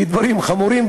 כי הדברים חמורים,